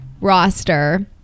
roster